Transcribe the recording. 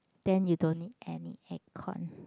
then you don't need any aircon